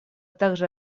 также